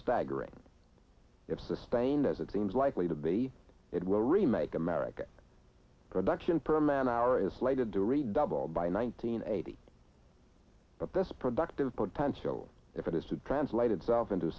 staggering if sustained as it seems likely to be it will remake america production per man hour is slated to redouble by nineteen eighty but this productive potential if it is to translate itself into